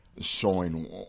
showing